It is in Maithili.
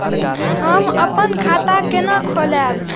हम अपन खाता केना खोलैब?